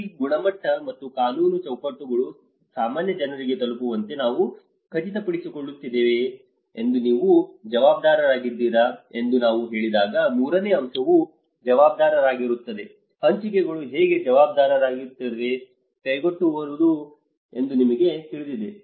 ಈ ಗುಣಮಟ್ಟ ಮತ್ತು ಕಾನೂನು ಚೌಕಟ್ಟುಗಳು ಸಾಮಾನ್ಯ ಜನರಿಗೆ ತಲುಪುವಂತೆ ನಾವು ಖಚಿತಪಡಿಸಿಕೊಳ್ಳುತ್ತಿದ್ದೇವೆಯೇ ಎಂದು ನೀವು ಜವಾಬ್ದಾರರಾಗಿದ್ದೀರಾ ಎಂದು ನೀವು ಹೇಳಿದಾಗ ಮೂರನೇ ಅಂಶವು ಜವಾಬ್ದಾರರಾಗಿರುತ್ತದೆ ಹಂಚಿಕೆಗಳು ಹೇಗೆ ಜವಾಬ್ದಾರಿಯುತವಾಗಿವೆ ಕೈಗೆಟುಕುವವು ಎಂದು ನಿಮಗೆ ತಿಳಿದಿದೆ